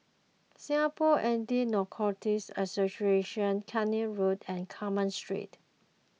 Singapore Anti Narcotics Association Keene Road and Carmen Street